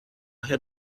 had